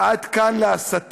עד כאן להסתה,